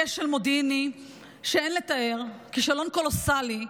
לאחר כשל מודיעיני שאין לתאר, כישלון קולוסלי,